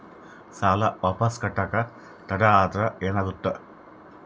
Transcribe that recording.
ಸಾಲ ವಾಪಸ್ ಕಟ್ಟಕ ತಡ ಆದ್ರ ಏನಾಗುತ್ತ?